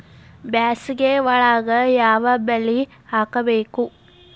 ಬ್ಯಾಸಗಿ ಒಳಗ ಯಾವ ಬೆಳಿ ಹಾಕಬೇಕು?